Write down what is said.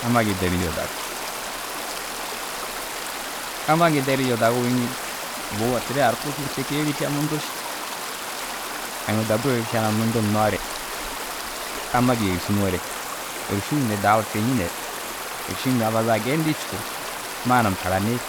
Amma gii derii joo dagir. Amma derii joo daguruu înni bûuma toore ar kui bur te ke êrisa munda ši. Aŋ inda bur êriša na mundu hinnoo re amma gii êriši nuŋoo re êršuu mire daama fiñinere. Êrši mire re amma za gêyindin cikuu, manam hanani